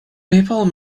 people